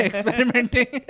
experimenting